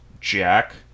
jack